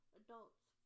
adults